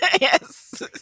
Yes